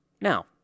Now